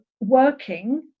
working